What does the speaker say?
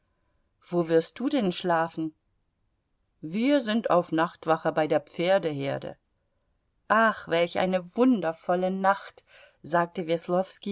wo wirst du denn schlafen wir sind auf nachtwache bei der pferdeherde ach welch eine wundervolle nacht sagte